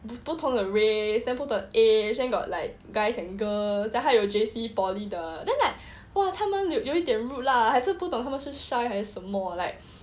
不同的 race then 不同的 age then got like guys and girls then 他有 J_C poly 的 then like !wah! 他们有一点 rude lah 还是不懂他们是 shy 还是什么 like